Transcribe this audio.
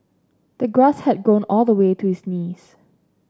the grass had grown all the way to his knees